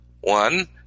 one